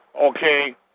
okay